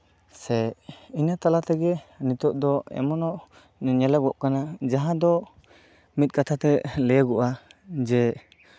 ᱥᱮ ᱤᱱᱟᱹ ᱛᱟᱞᱟ ᱛᱮᱜᱮ ᱱᱤᱛᱚᱜ ᱫᱚ ᱮᱢᱚᱱ ᱦᱚᱸ ᱧᱮᱞᱚᱜᱚᱜ ᱠᱟᱱᱟ ᱡᱟᱦᱟᱸ ᱫᱚ ᱢᱤᱫ ᱠᱟᱛᱷᱟ ᱛᱮ ᱞᱟᱹᱭᱟᱹᱜᱚᱜᱼᱟ ᱡᱮ